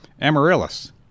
amaryllis